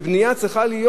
שבנייה צריכה להיות